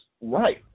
right